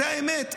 זאת האמת.